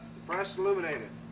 depress illuminated.